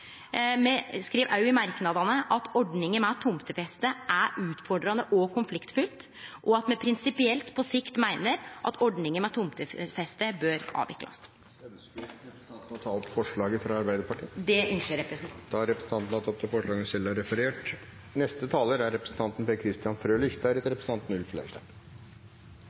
Me skriv òg i merknadene at ordninga med tomtefeste er utfordrande og konfliktfylt, og at me meiner prinsipielt at ordninga med tomtefeste på sikt bør avviklast. Ønsker representanten å ta opp forslaget fra Arbeiderpartiet? Det ynskjer representanten. Representanten Lene Vågslid har da tatt opp det forslaget hun refererte til. Vi endrer tomtefesteloven fordi vi er